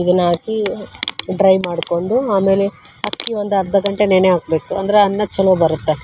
ಇದನ್ನು ಹಾಕಿ ಡ್ರೈ ಮಾಡಿಕೊಂಡು ಆಮೇಲೆ ಅಕ್ಕಿ ಒಂದರ್ಧ ಗಂಟೆ ನೆನೆ ಹಾಕ್ಬೇಕು ಅಂದರೆ ಅನ್ನ ಛಲೋ ಬರತ್ತೆ